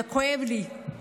זה כואב לי.